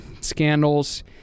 scandals